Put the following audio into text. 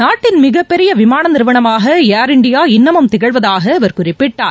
நாட்டின் மிகப்பெரிய விமான நிறுவனமாக ஏர் இந்தியா இன்னமும் திகழ்வதாக அவர் குறிப்பிட்டார்